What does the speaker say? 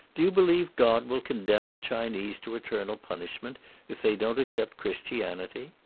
do you believe god will con demn the chinese to eternal punishment if they don't accept christianity?